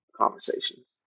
conversations